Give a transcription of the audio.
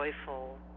joyful